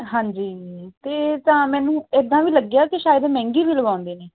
ਹਾਂਜੀ ਅਤੇ ਤਾਂ ਮੈਨੂੰ ਇੱਦਾਂ ਵੀ ਲੱਗਿਆ ਕਿ ਸ਼ਾਇਦ ਮਹਿੰਗੀ ਵੀ ਲਗਾਉਂਦੇ ਨੇ